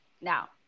Now